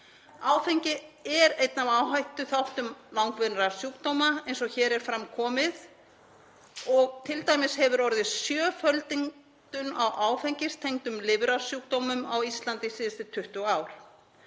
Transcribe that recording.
Áfengi er einn af áhættuþáttum langvinnra sjúkdóma eins og hér er fram komið og t.d. hefur orðið sjöföldun á áfengistengdum lifrarsjúkdómum á Íslandi síðustu 20 ár.